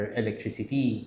electricity